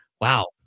Wow